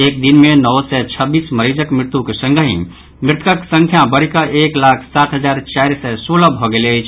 एक दिन मे नओ सय छब्बीस मरीजक मृत्युक संगहि मृतकक संख्या बढ़िकऽ एक लाख सात हजार चारि सय सोलह भऽ गेल अछि